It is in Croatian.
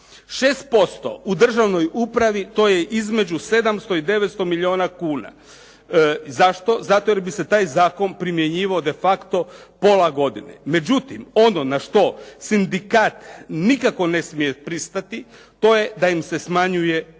6% u državnoj upravi, to je između 700 i 900 milijuna kuna. Zašto? Zato jer bi se taj zakon primjenjivao defacto pola godine. Međutim, ono na što sindikat nikako ne smije pristati to je da im se smanjuje